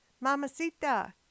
mamacita